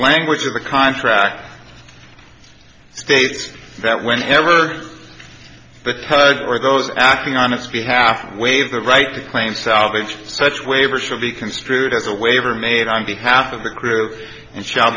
language of the contract states that whenever but for those acting on its behalf waive the right to claim salvage such waivers should be construed as a waiver made on behalf of the group and shall